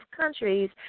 countries